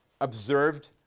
observed